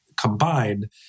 combined